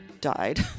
died